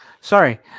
Sorry